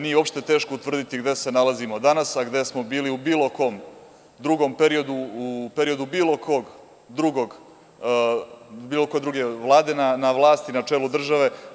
Nije uopšte teško utvrditi gde se nalazimo danas, a gde smo bili u bilo kom drugom periodu, u periodu bilo koje druge vlade na vlasti, na čelu države.